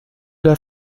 der